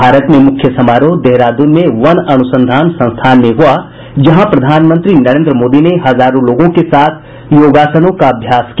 भारत में मुख्य समारोह देहरादून में वन अनुसंधान संस्थान में हुआ जहां प्रधानमंत्री नरेंद्र मोदी ने हजारों लोगों के साथ योगासनों का अभ्यास किया